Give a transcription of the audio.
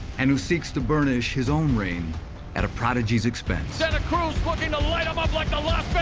and he seeks to burnish his own rain at a prodigy's expense. santa cruz looking to light him up like um